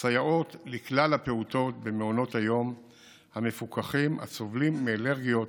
סייעות לכלל הפעוטות במעונות היום המפוקחים הסובלים מאלרגיות